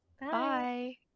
Bye